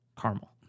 Caramel